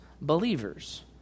believers